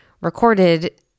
recorded